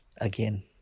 Again